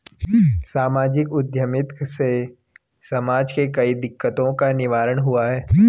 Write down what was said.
सामाजिक उद्यमिता से समाज के कई दिकक्तों का निवारण हुआ है